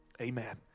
Amen